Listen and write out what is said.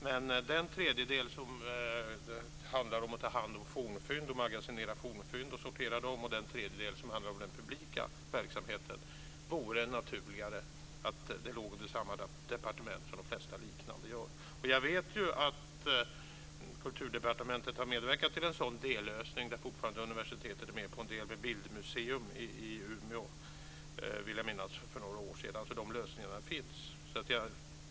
Men det vore naturligare att den tredjedel som går till att hantera, magasinera och sortera fornfynd och den tredjedel som går till den publika verksamheten låg under samma departement som de flesta liknande museer gör. Jag vet ju att Kulturdepartementet har medverkat till en sådan dellösning där universitet fortfarande står för en del av kostnaden. Jag vill minnas att det gäller ett bildmuseum i Umeå, så den lösningen finns.